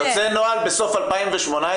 יוצא נוהל בסוף 2018,